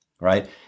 right